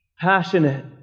passionate